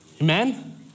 Amen